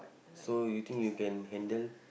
so you think you can handle